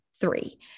three